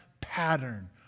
pattern